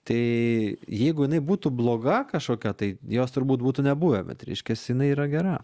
tai jeigu jinai būtų bloga kažkokia tai jos turbūt būtų nebuvę bet reiškias jinai yra gera